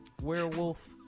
werewolf